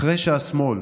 אחרי שהשמאל